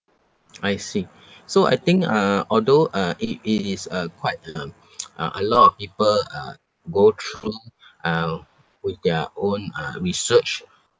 I see so I think uh although uh it it is a quite um uh a lot of people uh go through um with their own uh research